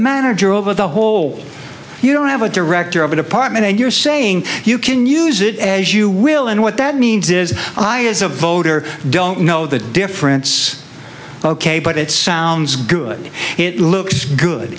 manager over the whole you don't have a director of a department and you're saying you can use it as you will and what that means is i as a voter don't know the difference ok but it sounds good it looks good